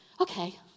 Okay